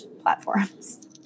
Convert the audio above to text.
platforms